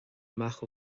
amach